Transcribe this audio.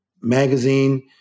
Magazine